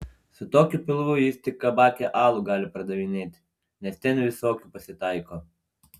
su tokiu pilvu jis tik kabake alų gali pardavinėti nes ten visokių pasitaiko